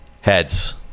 heads